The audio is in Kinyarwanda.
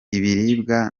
ibiribwa